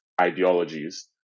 ideologies